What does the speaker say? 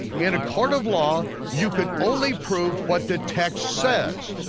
in a court of law, you could only prove what the text says.